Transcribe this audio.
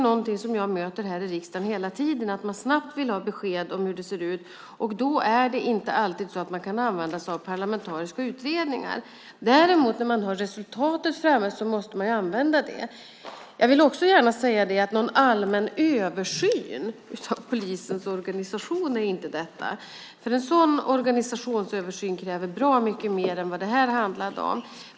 Någonting som jag möter här i riksdagen hela tiden är att man snabbt vill ha besked om hur det ser ut, och då kan man inte alltid använda sig av parlamentariska utredningar. När man däremot har resultatet framme måste man använda det. Jag vill också gärna säga att någon allmän översyn av polisens organisation är inte detta, för en sådan organisationsöversyn kräver bra mycket mer än vad det här handlade om.